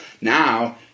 now